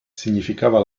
significava